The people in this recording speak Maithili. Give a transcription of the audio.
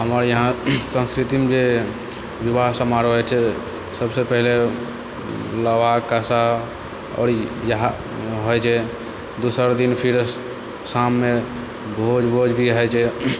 हमर यहाँ संस्कृतिमे जे विवाह समारोह होइ छै सबसँ पहिले लावा कासा आओर इएह होइ छै दोसर दिन शाममे फेर भोज ओज भी होइ छै